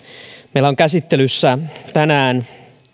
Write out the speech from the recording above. meillä on käsittelyssä tänään